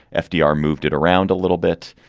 fdr moved it around a little bit,